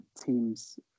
teams